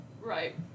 Right